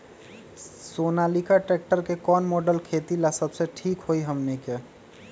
Sonalika tractor के कौन model खेती ला सबसे ठीक होई हमने की?